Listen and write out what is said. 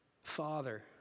father